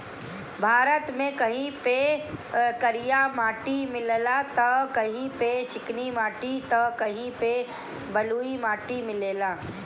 भारत में कहीं पे करिया माटी मिलेला त कहीं पे चिकनी माटी त कहीं पे बलुई माटी मिलेला